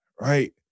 right